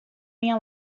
minha